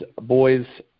boys